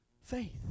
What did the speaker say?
faith